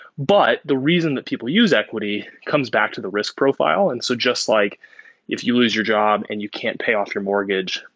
but the reason that people use equity comes back to the risk profile. and so just like if you lose your job and you can't pay off your mortgage,